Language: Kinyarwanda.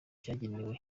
yagenewe